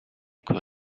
could